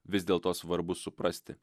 vis dėl to svarbu suprasti